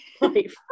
life